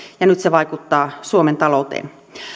ja nyt se vaikuttaa suomen talouteen